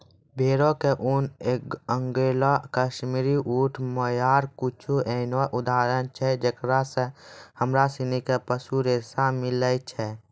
भेड़ो के ऊन, अंगोला, काश्मीरी, ऊंट, मोहायर कुछु एहनो उदाहरण छै जेकरा से हमरा सिनी के पशु रेशा मिलै छै